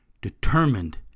Determined